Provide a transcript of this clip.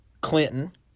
Clinton